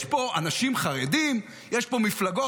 יש פה אנשים חרדים, יש פה מפלגות.